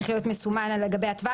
טווח"